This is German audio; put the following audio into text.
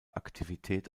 aktivität